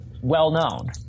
well-known